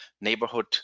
neighborhood